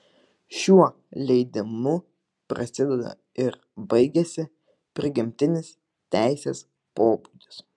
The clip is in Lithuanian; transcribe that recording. šiuo leidimu prasideda ir baigiasi prigimtinis teisės pobūdis